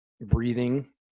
breathing